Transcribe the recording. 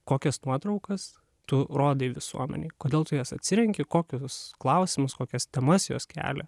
kokias nuotraukas tu rodai visuomenei kodėl tu jas atsirenki ir kokius klausimus kokias temas jos kelia